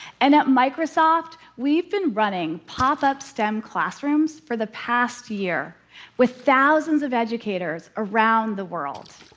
and microsoft, we've been running pop-up stem classrooms for the past year with thousands of educators around the world.